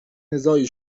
نزاعی